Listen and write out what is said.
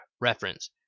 reference